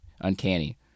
uncanny